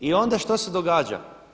I onda šta se događa?